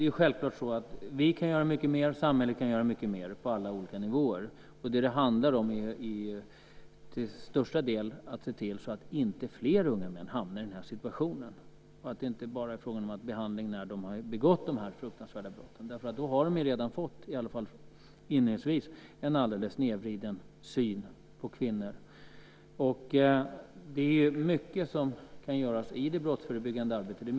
Självklart kan vi och samhället göra mycket mer på alla olika nivåer. Vad det handlar om är till största delen att se till att inte fler unga män hamnar i den här situationen och att det inte bara är fråga om behandling när de har begått de här fruktansvärda brotten. Då har de ju redan - i alla fall inledningsvis - fått en alldeles snedvriden syn på kvinnor. Det är mycket som kan göras i det brottsförebyggande arbetet.